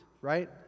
right